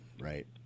right